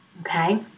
okay